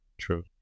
True